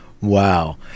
Wow